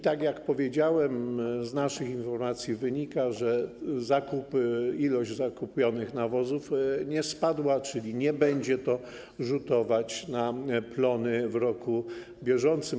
Tak jak powiedziałem, z naszych informacji wynika, że ilość zakupionych nawozów nie spadła, czyli nie będzie to rzutować na plony w roku bieżącym.